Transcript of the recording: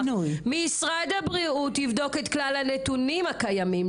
משרד הבריאות יבדוק את כלל הנתונים הקיימים,